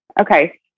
Okay